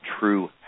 true